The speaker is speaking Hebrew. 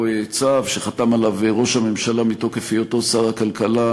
צו שחתם עליו ראש הממשלה בתוקף היותו שר הכלכלה,